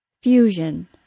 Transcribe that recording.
Fusion